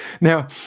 Now